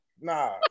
Nah